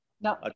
No